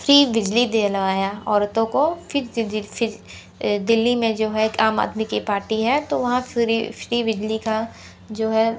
free बिजली दिलाया औरतों को दिल्ली में जो है एक आम आदमी की पार्टी है तो वहाँ फ्री फ्री बिजली का जो है